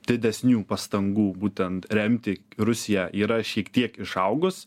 didesnių pastangų būtent remti rusiją yra šiek tiek išaugus